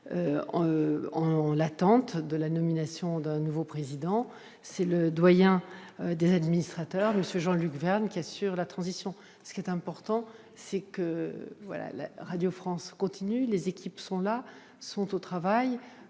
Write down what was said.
Dans l'attente de la nomination d'un nouveau président, c'est le doyen des administrateurs, M. Jean-Luc Vergne, qui assure la transition. Ce qui est important, c'est que Radio France continue. Les équipes sont au travail.